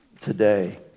today